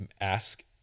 ask